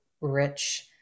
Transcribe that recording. rich